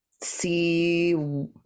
see